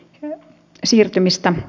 tämä siirtymistä